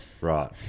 Right